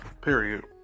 Period